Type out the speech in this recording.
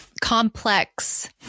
complex